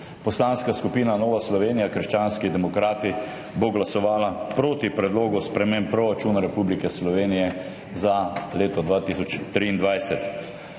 Poslanska skupina Nova Slovenija – krščanski demokrati bo glasovala proti predlogu sprememb proračuna Republike Slovenije za leto 2023.